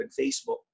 Facebook